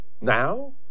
Now